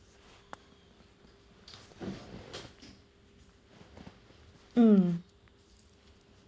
mm